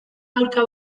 aurka